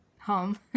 home